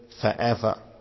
forever